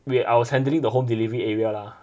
I was handling the home delivery area lah